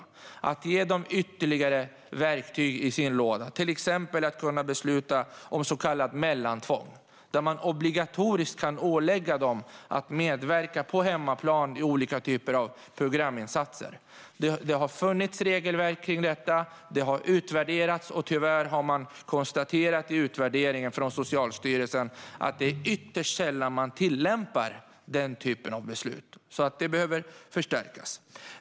Detta för att ge socialtjänsten ytterligare verktyg i sin låda, till exempel att kunna besluta om så kallat mellantvång - att ålägga ungdomar obligatorisk medverkan i olika programinsatser på hemmaplan. Det har funnits regelverk kring detta, och det har utvärderats. Tyvärr har Socialstyrelsen konstaterat i utvärderingen att det är ytterst sällan man tillämpar den typen av beslut. Det behöver alltså förstärkas.